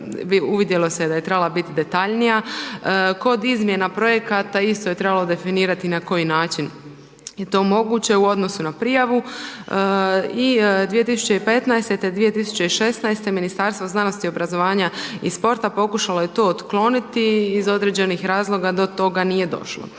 uvidjelo se da je trebala biti detaljnija. Kod izmjena projekata isto je trebalo definirati na koji način je to moguće u odnosu na prijavu i 2015. te 2016. Ministarstvo znanosti, obrazovanja i sporta pokušalo je to otkloniti iz određenih razloga do toga nije došlo.